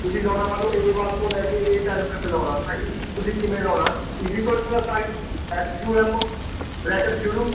ਤੁਸੀਂ ਲਾਉਣਾ ਮੰਨ ਲਉ ਏ ਵਨ ਤੋਂ ਲੈ ਕੇ ਏ ਟੈਂਨ ਤੱਕ ਲਾਉਣਾ ਤਾਂ ਈ ਤੁਸੀਂ ਕਿਵੇਂ ਲਾਉਣਾ ਈਜ਼ ਈਕਲ ਟੂ ਦਾ sign S U M bracket ਸ਼ੁਰੂ